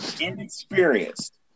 inexperienced